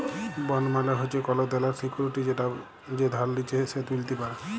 bond মালে হচ্যে কল দেলার সিকুইরিটি যেটা যে ধার লিচ্ছে সে ত্যুলতে পারে